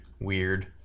weird